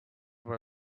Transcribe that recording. were